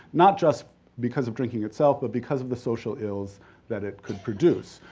not just because of drinking itself, but because of the social ills that it could produce.